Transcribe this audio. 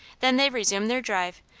then they resumed their drive,